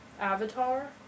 Avatar